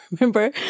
remember